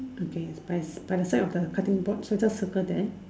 okay by by the side of the cutting board so just circle that